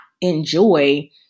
enjoy